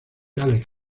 alex